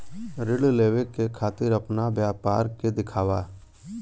ऋण लेवे के खातिर अपना व्यापार के दिखावा?